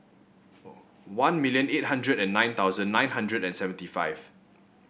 one million eight hundred and nine thousand nine hundred and seventy five